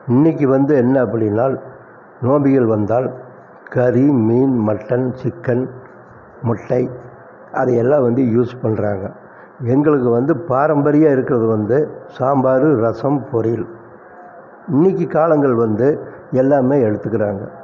இன்னிக்கு வந்து என்ன அப்படின்னால் நோம்புகள் வந்தால் கறி மீன் மட்டன் சிக்கன் முட்டை அதையெல்லாம் வந்து யூஸ் பண்றாங்க எங்களுக்கு வந்து பாரம்பரியா இருக்கிறது வந்து சாம்பார் ரசம் பொரியல் இன்னிக்கு காலங்கள் வந்து எல்லாமே எடுத்துக்கிறாங்க